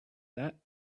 that